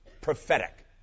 prophetic